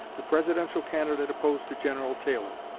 the presidential candidate opposed to general taylor.